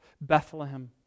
Bethlehem